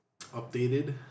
updated